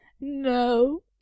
No